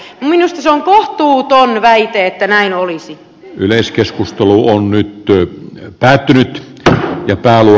minusta se on kohtuuton väite että näin olisi yleiskeskustelulla on nyt työ päättynyt kaapin päälle